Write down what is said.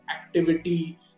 activity